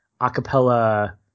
acapella